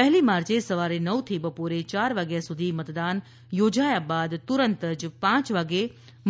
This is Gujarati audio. પહેલી માર્ચે સવારે નવથી બપોરે ચાર વાગ્યા સુધી મતદાન યોજાયા બાદ તુરંત પાંચ વાગે